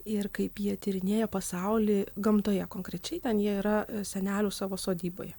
ir kaip jie tyrinėja pasaulį gamtoje konkrečiai ten jie yra senelių savo sodyboje